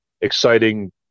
exciting